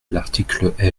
l’article